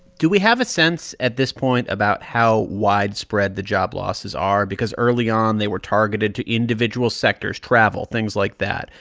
do we have a sense at this point about how widespread the job losses are? because early on, they were targeted to individual sectors travel, things like that.